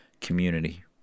community